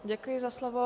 Děkuji za slovo.